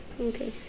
Okay